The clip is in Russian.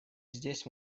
здесь